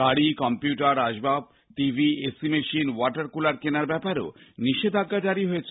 গাড়ি কম্পিউটার আসবাবপত্র TV AC machine water cooler কেনার ব্যাপারেও নিষেধাজ্ঞা জারি হয়েছে